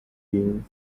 been